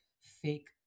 fake